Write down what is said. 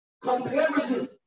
comparison